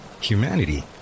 humanity